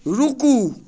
रुकू